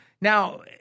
Now